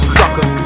sucker